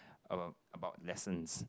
about about lessons